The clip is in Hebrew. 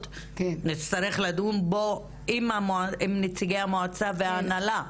- נצטרך לדון בו עם נציגי המועצה וההנהלה.